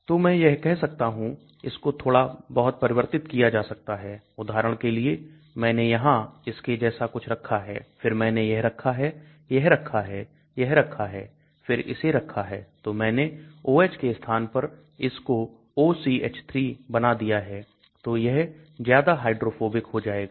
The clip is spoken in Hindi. तो मैं यह कह सकता हूं कि इसको थोड़ा बहुत परिवर्तित किया जा सकता है उदाहरण के लिए मैंने यहां इसके जैसा कुछ रखा है फिर मैंने यह रखा है यह रखा है यह रखा है फिर इसे रखा है तो मैंने OH के स्थान पर इसको OCH3 बना दिया है तो यह ज्यादा हाइड्रोफोबिक हो जाएगा